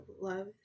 love